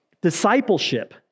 Discipleship